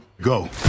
Go